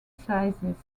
sizes